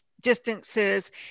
distances